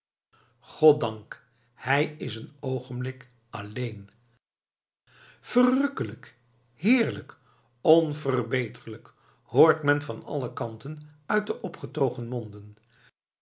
goddank hij is een oogenblik alléén verrukkelijk heerlijk onverbeterlijk hoort men van alle kanten uit de opgetogen monden